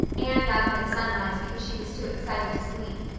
anne got up at sunrise because she was too excited to sleep.